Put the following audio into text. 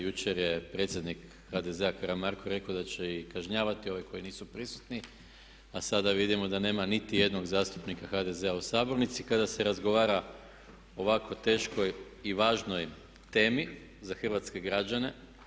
Jučer je predsjednik HDZ-a Karamarko rekao da će i kažnjavati ove koji nisu prisutni, a sada vidimo da nema niti jednog zastupnika HDZ-a u sabornici kada se razgovara o ovako teškoj i važnoj temi za hrvatske građane.